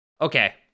okay